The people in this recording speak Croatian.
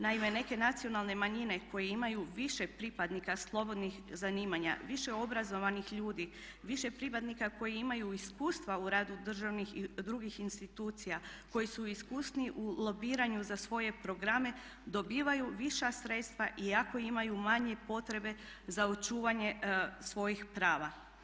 Naime, neke nacionalne manjine koje imaju više pripadnika slobodnih zanimanja, više obrazovanih ljudi, više pripadnika koji imaju iskustva u radu državnih i drugih institucija, koji su iskusniji u lobiranju za svoje programe dobivaju više sredstava iako imaju manje potrebe za očuvanje svojih prava.